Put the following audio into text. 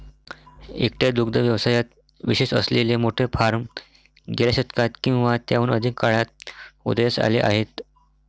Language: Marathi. एकट्या दुग्ध व्यवसायात विशेष असलेले मोठे फार्म गेल्या शतकात किंवा त्याहून अधिक काळात उदयास आले आहेत